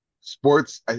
sports